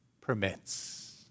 permits